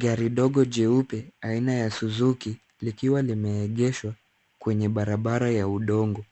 Gari ndog jeupe aina ya Suzuki, likiwa limeegeshwa kwenye barabara ya udongo.